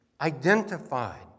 identified